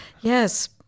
yes